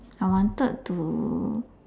I wanted to